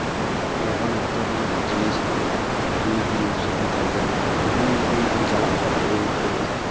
ᱞᱚᱜᱚᱱ ᱚᱠᱛᱚ ᱨᱮᱭᱟᱜ ᱡᱤᱱᱤᱥ ᱫᱚ ᱟᱹᱰᱤᱜᱮ ᱥᱩᱵᱤᱫᱷᱟ ᱜᱮ ᱱᱚᱜᱼᱚᱸᱭ ᱛᱮᱦᱮᱧ ᱡᱚᱫᱤ ᱪᱟᱞᱟᱜ ᱠᱷᱟᱡ ᱴᱨᱮᱹᱱ ᱛᱮ